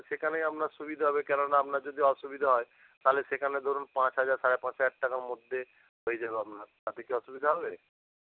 সেখানেই আপনার সুবিধা হবে কেননা আপনার যদি অসুবিধা হয় তাহলে সেখানে ধরুন পাঁচ হাজার সাড়ে পাঁচ হাজার টাকার মধ্যে হয়ে যাবে আপনার তাতে কি অসুবিধা হবে